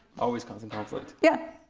always comes in conflict. yeah.